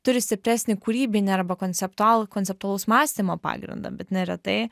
turi stipresnį kūrybinį arba konceptualų konceptualaus mąstymo pagrindą bet neretai